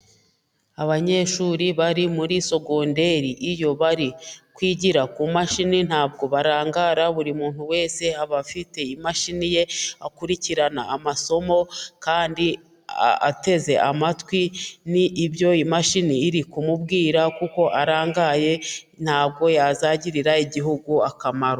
Abanyeshuri bari muri sogondeiri iyo bari kwigira ku mashini ntabwo barangara, buri muntu wese aba afite imashini ye akurikirana amasomo, kandi ateze amatwi n'ibyo imashini iri kumubwira kuko arangaye ntabwo yazagirira igihugu akamaro.